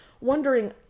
wondering